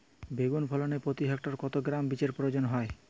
বেগুন ফলনে প্রতি হেক্টরে কত গ্রাম বীজের প্রয়োজন হয়?